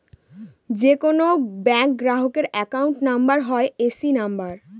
যে কোনো ব্যাঙ্ক গ্রাহকের অ্যাকাউন্ট নাম্বার হয় এ.সি নাম্বার